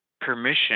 permission